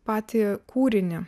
patį kūrinį